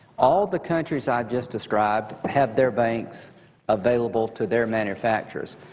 all the countries i've just described have their banks available to their manufacturers.